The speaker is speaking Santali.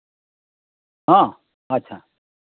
ᱦᱮᱸ ᱟᱪᱪᱷᱟ